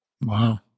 wow